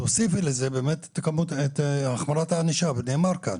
תוסיפי לזה באמת את החמרת הענישה, ונאמר כאן: